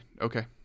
Okay